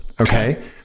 Okay